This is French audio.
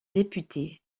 députés